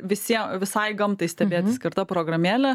visiem visai gamtai stebėti skirta programėlė